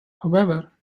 however